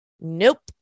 Nope